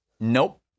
Nope